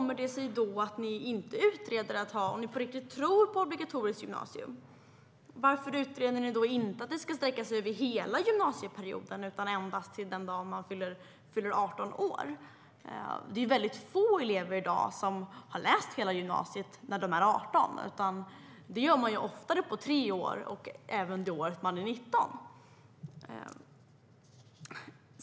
Men om ni på riktigt tror på obligatoriskt gymnasium, hur kommer det sig då att ni inte utreder att obligatoriet ska sträcka sig över hela gymnasieperioden, utan endast till den dag man fyller 18 år? Det är i dag väldigt få elever som har läst hela gymnasiet när de är 18, utan det gör man oftare på tre år och även efter att man fyllt 19.